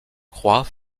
croix